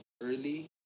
early